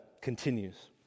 continues